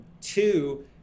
Two